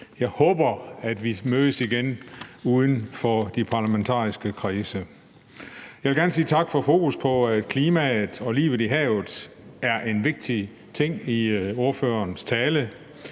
jeg håber, at vi mødes igen uden for de parlamentariske kredse. Jeg vil gerne sige tak for fokus på, at klimaet og livet i havet er vigtige ting, i ordførerens tale.